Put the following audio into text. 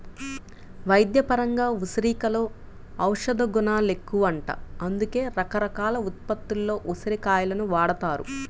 వైద్యపరంగా ఉసిరికలో ఔషధగుణాలెక్కువంట, అందుకే రకరకాల ఉత్పత్తుల్లో ఉసిరి కాయలను వాడతారు